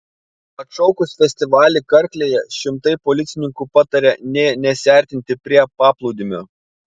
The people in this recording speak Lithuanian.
atšaukus festivalį karklėje šimtai policininkų pataria nė nesiartinti prie paplūdimio